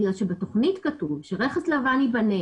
בגלל שבתכנית כתוב שרכס לבן ייבנה